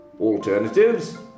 Alternatives